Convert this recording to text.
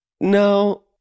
no